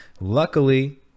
Luckily